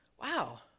Wow